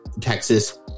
texas